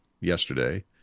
yesterday